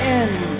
end